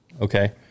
okay